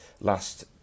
last